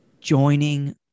joining